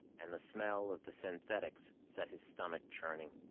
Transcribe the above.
and the smell of the synthetics set his stomach churning.